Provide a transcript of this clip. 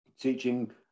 teaching